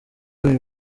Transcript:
uyu